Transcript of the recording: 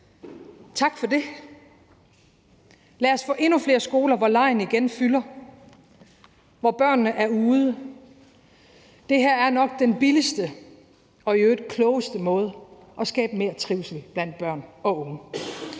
Tak for det. Lad os få endnu flere skoler, hvor legen igen fylder, og hvor børnene er ude. Det her er nok den billigste og i øvrigt den klogeste måde at skabe mere trivsel blandt børn og unge